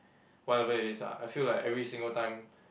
whatever it is lah I feel like every single time